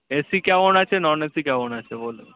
AC কেমন আছে non AC কেমন আছে বলুন